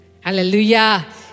Hallelujah